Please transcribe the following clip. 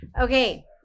Okay